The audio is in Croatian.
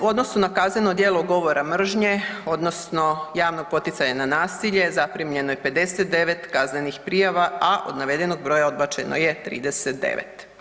U odnosu na kazneno djelo govora mržnje odnosno javno poticanje na nasilje zaprimljeno je 59 kaznenih prijava, a od navedenog broja odbačeno je 39.